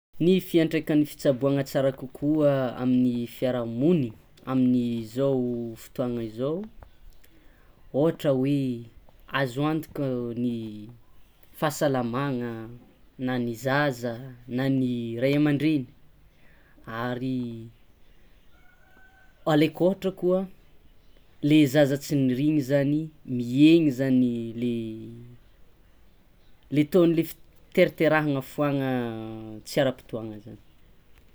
Ny fiantraikan'ny fitsaboana tsara kokoa amin'ny fiarahamoniny amin'izao fotoagna izao ôhatra hoe azo antoka ny fahasalamagna, na ny zaza na ny ray aman-dreny ary alaiko ohatra koa le zaza tsy niriagny zany miheny zany le le taux-nle fiteriterahana foagna tsy ara-potoagna zany.